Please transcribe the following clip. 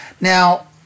Now